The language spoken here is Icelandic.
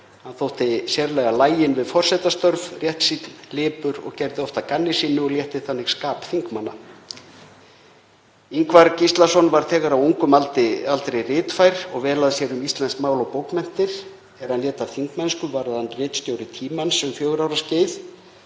Hann þótti sérlega laginn við forsetastörf, réttsýnn, lipur og gerði oft að gamni sínu og létti þannig skap þingmanna. Ingvar Gíslason varð þegar á ungum aldri ritfær og vel að sér um íslenskt mál og bókmenntir. Er hann lét af þingmennsku varð hann ritstjóri Tímans um fjögurra ára skeið.